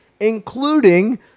including